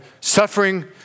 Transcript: suffering